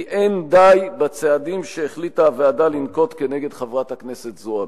כי אין די בצעדים שהחליטה הוועדה לנקוט כנגד חברת הכנסת זועבי.